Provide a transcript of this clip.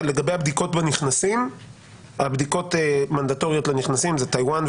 בדיקות מנדטוריות לנכנסים יש בטאיוואן,